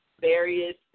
various